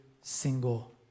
single